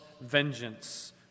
vengeance